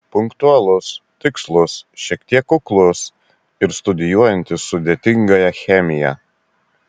punktualus tikslus šiek tiek kuklus ir studijuojantis sudėtingąją chemiją